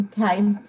Okay